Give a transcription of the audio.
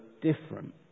different